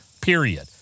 period